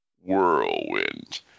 Whirlwind